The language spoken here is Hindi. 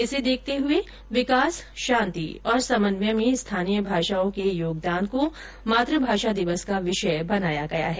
इसे देखते हुए विकास शांति और समन्वय में स्थानीय भाषाओं के योगदान को मातुभाषा दिवस का विषय बनाया गया है